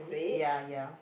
ya ya